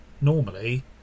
normally